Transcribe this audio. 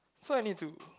so I need to